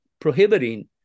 prohibiting